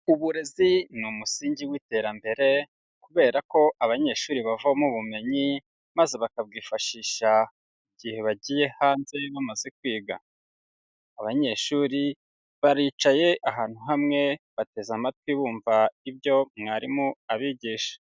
Uburezi ni umusingi w'iterambere kubera ko abanyeshuri bavoma ubumenyi maze bakabwifashisha igihe bagiye hanze bamaze kwiga, abanyeshuri baricaye ahantu hamwe bateze amatwi bumva ibyo mwarimu abigisha.